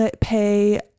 pay